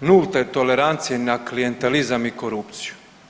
nulte tolerancije na klijentalizam i korupciju.